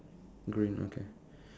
green okay